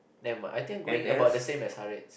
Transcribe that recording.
nevermind I think I going about the same as Haaretz